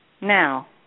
Now